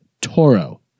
Toro